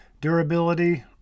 Durability